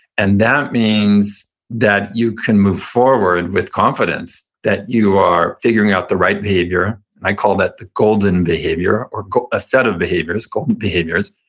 and that means that you can move forward with confidence that you are figuring out the right behavior. i call that the golden behavior, or a set of behaviors, gold behaviors.